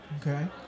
Okay